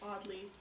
oddly